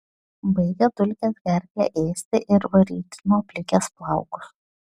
baigia dulkės gerklę ėsti ir varyti nuo plikės plaukus